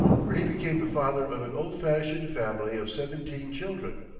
where he became the father of an old-fashioned family of seventeen children.